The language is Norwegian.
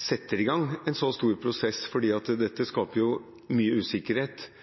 setter i gang en så stor prosess, for dette